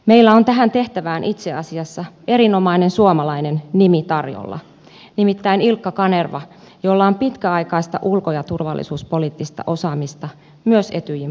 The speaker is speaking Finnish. meillä on tähän tehtävään itse asiassa erinomainen suomalainen nimi tarjolla nimittäin ilkka kanerva jolla on pitkäaikaista ulko ja turvallisuuspoliittista osaamista myös etyjin puitteissa